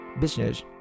business